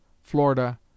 florida